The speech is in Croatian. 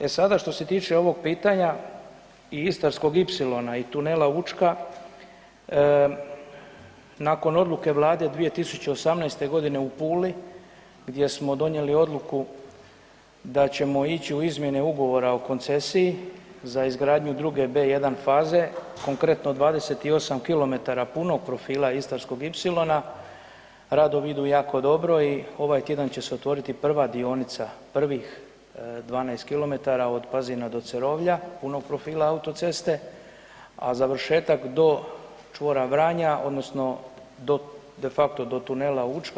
E sada, što se tiče ovog pitanja i Istarskog ipsilona i tunela Učka, nakon odluke vlade 2018.g. u Puli gdje smo donijeli odluku da ćemo ići u izmjene Ugovora o koncesiji za izgradnju druge B1 faze, konkretno 28 km punog profila Istarskog ipsilona, radovi idu jako dobro i ovaj tjedan će se otvoriti prva dionica, prvih 12 km od Pazina do Cerovlja punog profila autoceste, a završetak do čvora Vranja odnosno do de facto do tunela Učka.